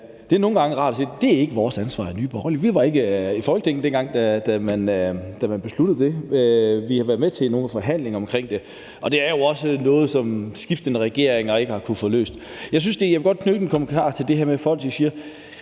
Det er nogle gange rart at sige, at det ikke er Nye Borgerliges ansvar; vi var ikke i Folketinget, dengang man besluttede det. Vi har været med til nogle forhandlinger omkring det, og det er jo også noget, som skiftende regeringer ikke har kunnet få løst. Jeg vil godt knytte en kommentar til det her med, at folk siger,